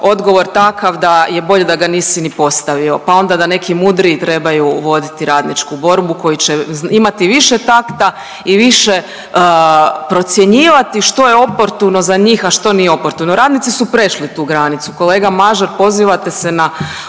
odgovor takav da je bolje da ga nisi ni postavio pa onda da neki mudriji trebaju voditi radničku borbu koju će imati više takta i više procjenjivati što je oportuno za njih, a što nije oportuno. Radnici su prešli tu granicu, kolega Mažar, pozivate se na